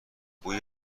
بوی